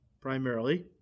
primarily